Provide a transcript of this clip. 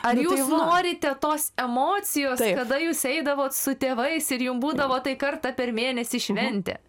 ar jūs norite tos emocijos kada jūs eidavot su tėvais ir jum būdavo tai kartą per mėnesį šventė